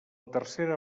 tercera